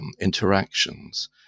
interactions